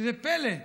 שזה פלא.